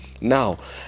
Now